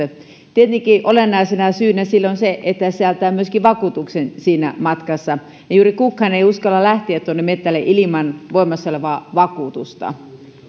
tietenkin olennaisena syynä sille on se että se sisältää myöskin vakuutuksen siinä matkassa juuri kukaan ei uskalla lähteä tuonne metsälle ilman voimassa olevaa vakuutusta